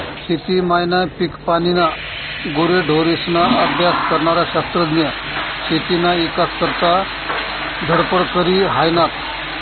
शेती मायना, पिकपानीना, गुरेढोरेस्ना अभ्यास करनारा शास्त्रज्ञ शेतीना ईकास करता धडपड करी हायनात